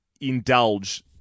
indulge